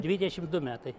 dvidešimt du metai